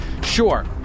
Sure